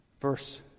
verse